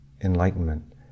enlightenment